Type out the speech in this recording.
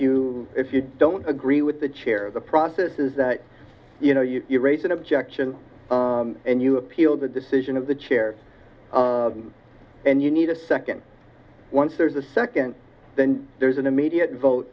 you if you don't agree with the chair the process is that you know you raise an objection and you appeal the decision of the chair and you need a second once there's a second then there's an immediate